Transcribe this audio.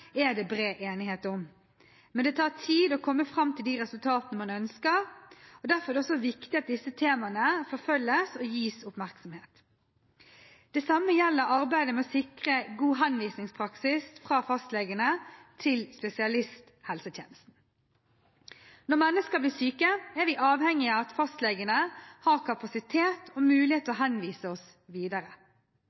er det bred enighet om, men det tar tid å komme fram til de resultatene man ønsker. Derfor er det viktig at også disse temaene forfølges og gis oppmerksomhet. Det samme gjelder arbeidet med å sikre god henvisningspraksis fra fastlegene til spesialisthelsetjenesten. Når mennesker blir syke, er vi avhengige av at fastlegene har kapasitet og mulighet til å henvise oss videre,